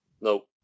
no